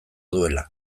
duela